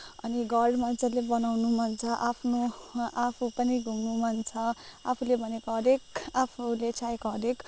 अनि घर मजाले बनाउनु मन छ आफ्नो आफू पनि घुम्नु मन छ आफूले भनेको हरेक आफूले चाहेको हरेक